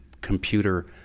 computer